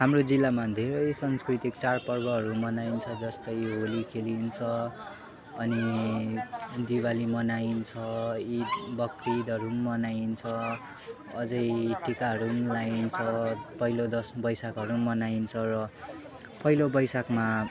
हाम्रो जिल्लामा धेरै सांस्कृतिक चाडपर्वहरू मनाइन्छ जस्तै होली खेलिन्छ अनि दिवाली मनाइन्छ इद बकरिदहरू पनि मनाइन्छ अझै टिकाहरू पनि लाइन्छ पहिलो दस वैशाखहरू पनि मनाइन्छ र पहिलो वैशाखमा